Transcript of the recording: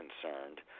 concerned